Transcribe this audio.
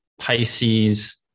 Pisces